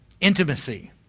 intimacy